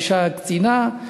האישה קצינה,